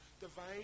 divine